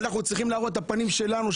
אנחנו צריכים להראות את הפנים שלנו,